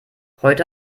heute